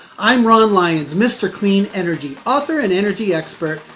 i'm ron lyons, mr. clean energy, author and energy expert,